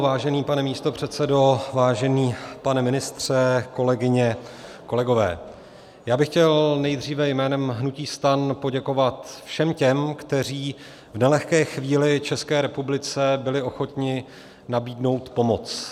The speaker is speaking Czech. Vážený pane místopředsedo, vážený pane ministře, kolegyně, kolegové, chtěl bych nejdříve jménem hnutí STAN poděkovat všem těm, kteří v nelehké chvíli České republice byli ochotni nabídnout pomoc.